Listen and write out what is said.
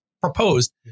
proposed